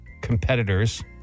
competitors